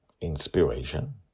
inspiration